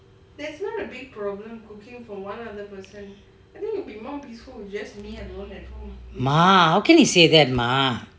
mah how can you say that mah